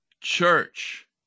church